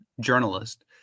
journalist